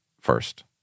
first